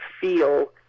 feel